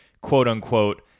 quote-unquote